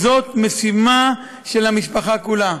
זאת משימה של המשפחה כולה: